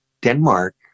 Denmark